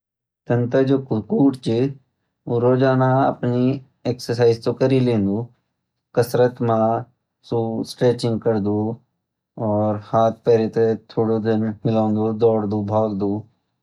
तन ता जो कुकूर छ वो रोजाना अपनी कसरत ता करि लेंदु, कसरत मा सू स्ट्रेचिंग, हाथ पैर ते हिलोन्दु, दौड़ दू भागदू